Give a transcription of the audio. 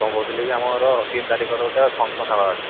କ'ଣ କହୁଥିଲେ କି ଆମର ତିନି ତାରିଖର ଗୋଟେ ଫଙ୍କସନ୍ ହେବାର ଅଛି